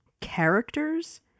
characters